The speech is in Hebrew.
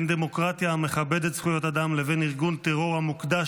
בין דמוקרטיה המכבדת זכויות אדם לבין ארגון טרור המוקדש